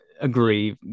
agree